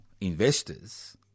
investors